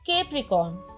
Capricorn